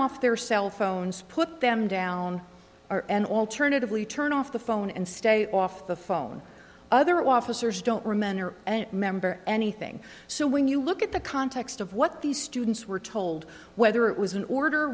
off their cell phones put them down and alternatively turn off the phone and stay off the phone other officers don't remember and remember anything so when you look at the context of what these students were told whether it was an order